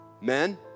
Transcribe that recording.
men